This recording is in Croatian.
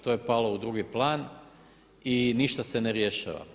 To je palo u drugi plan i ništa se ne rješava.